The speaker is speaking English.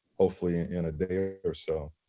hopefully, in a day or or so.